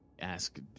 ask